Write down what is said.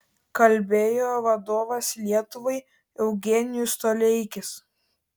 kalbėjo vadovas lietuvai eugenijus toleikis